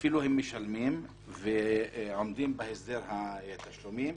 ואפילו הם משלמים ועומדים בהסדר התשלומים,